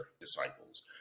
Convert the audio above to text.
disciples